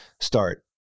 start